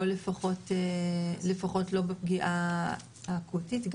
או לפחות לא בפגיעה האקוטית.